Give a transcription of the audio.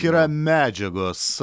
yra medžiagos